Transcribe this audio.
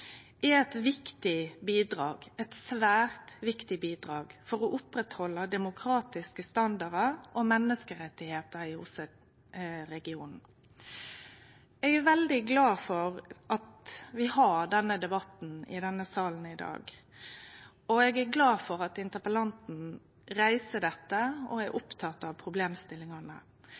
er eit viktig bidrag – eit svært viktig bidrag for å oppretthalde demokratiske standardar og menneskerettar i OSSE-regionen. Eg er veldig glad for at vi har denne debatten i salen i dag, og eg er glad for at interpellanten reiser dette og er oppteken av problemstillingane.